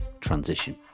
transition